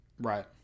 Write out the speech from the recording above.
Right